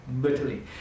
bitterly